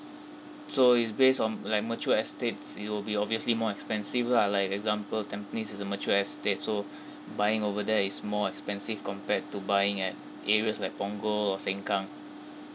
so it's based on like mature estates it will be obviously more expensive lah like example tampines is a mature estate so buying over there is more expensive compared to buying at areas like punggol or sengkang